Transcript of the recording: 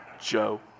Joe